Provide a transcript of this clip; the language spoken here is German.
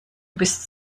bist